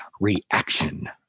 reaction